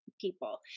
people